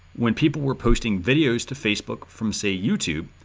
when people were posting videos to facebook from say youtube,